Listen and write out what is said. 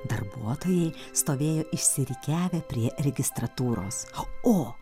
darbuotojai stovėjo išsirikiavę prie registratūros o